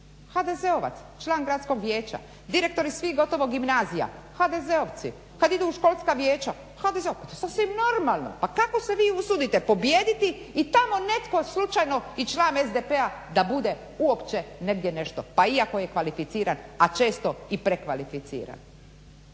HDZ-ovac član gradskog vijeća. Direktori svih gotovo gimnazija HDZ-ovci, kada idu u školska vijeća HDZ-ovci. To je sasvim normalno. Pa kako se vi usudite pobijediti i tamo netko slučajno i član SDP-a da bude uopće negdje nešto pa iako je kvalificiran, a često i prekvalificiran?